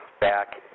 back